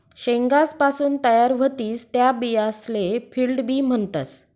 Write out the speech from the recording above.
शेंगासपासून तयार व्हतीस त्या बियासले फील्ड बी म्हणतस